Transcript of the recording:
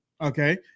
okay